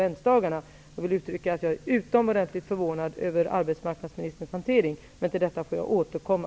Jag är utomordentligt förvånad över arbetsmarknadsministerns hantering, men till detta får jag återkomma.